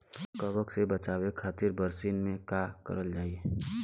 कवक से बचावे खातिन बरसीन मे का करल जाई?